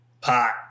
pot